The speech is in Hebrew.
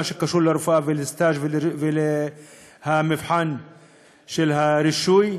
שקשור לרפואה ולסטאז' ולמבחן של הרישוי,